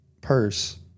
purse